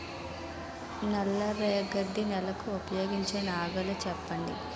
నల్ల రేగడి నెలకు ఉపయోగించే నాగలి చెప్పండి?